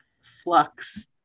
flux